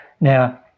Now